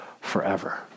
forever